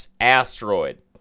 Asteroid